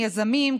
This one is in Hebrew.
יזמים,